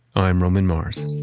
i'm roman mars.